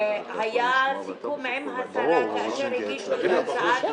היה סיכום עם השרה כאשר הגישו את הצעות